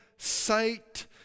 Sight